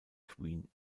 queen